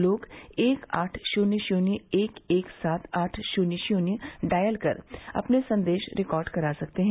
लोग एक आठ शून्य शून्य एक एक सात आठ शून्य शून्य डायल कर अपने संदेश रिकार्ड करा सकते हैं